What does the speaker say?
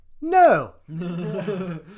No